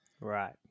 Right